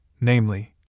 namely